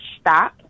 stop